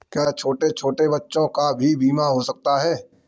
क्या छोटे छोटे बच्चों का भी बीमा हो सकता है?